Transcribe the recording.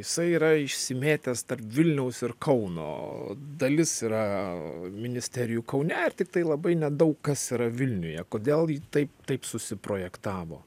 jisai yra išsimėtęs tarp vilniaus ir kauno dalis yra ministerijų kaune ir tiktai labai nedaug kas yra vilniuje kodėl į taip taip susiprojektavo